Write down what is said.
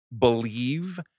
believe